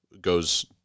goes